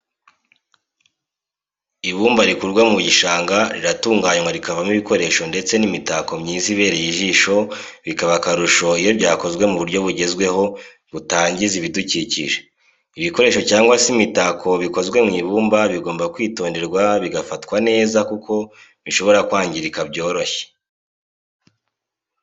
Ibumba rikurwa mu gishanga riratunganywa rikavamo ibikoresho ndetse n'imitako myiza ibereye ijisho bikaba akarusho iyo byakozwe mu buryo bugezweho butangiza ibidukikije. ibikoresho cyangwa se imitako bikozwe mu ibumba bigomba kwitonderwa bigafatwa neza kuko bishobora kwangirika byoroshye.